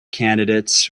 candidates